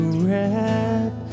wrap